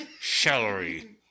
Celery